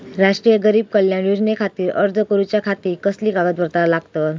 राष्ट्रीय गरीब कल्याण योजनेखातीर अर्ज करूच्या खाती कसली कागदपत्रा लागतत?